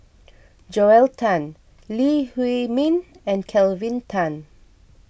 Joel Tan Lee Huei Min and Kelvin Tan